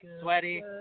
sweaty